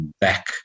back